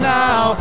now